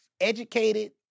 educated